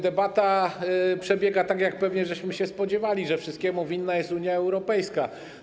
Debata przebiega tak, jak pewnie się spodziewaliśmy: że wszystkiemu winna jest Unia Europejska.